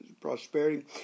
prosperity